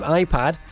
iPad